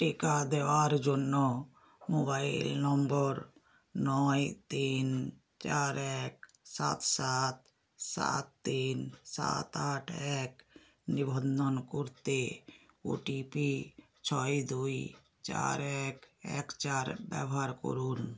টিকা দেওয়ার জন্য মোবাইল নম্বর নয় তিন চার এক সাত সাত সাত তিন সাত আট এক নিবন্ধন করতে ওটিপি ছয় দুই চার এক এক চার ব্যবহার করুন